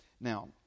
now